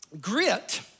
Grit